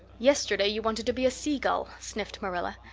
yesterday you wanted to be a sea gull, sniffed marilla.